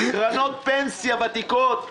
קרנות פנסיה ותיקות,